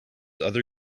other